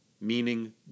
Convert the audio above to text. meaning